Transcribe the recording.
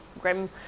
grim